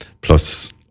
plus